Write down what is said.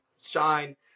shine